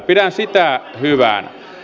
pidän sitä hyvänä